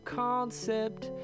concept